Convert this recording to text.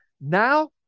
Now